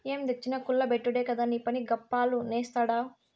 ఏం తెచ్చినా కుల్ల బెట్టుడే కదా నీపని, గప్పాలు నేస్తాడావ్